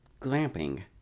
glamping